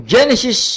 Genesis